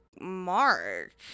Mark